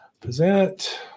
Present